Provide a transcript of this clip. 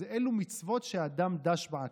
אלו מצוות שאדם דש בעקביו.